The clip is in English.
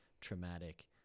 traumatic